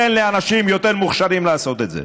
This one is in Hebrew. תן לאנשים יותר מוכשרים לעשות את זה.